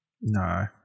No